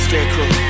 Scarecrow